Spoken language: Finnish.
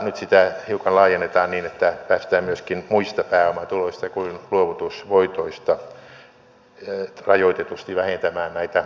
nyt sitä hiukan laajennetaan niin että päästään myöskin muista pääomatuloista kuin luovutusvoitoista rajoitetusti vähentämään näitä luovutustappioita